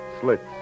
slits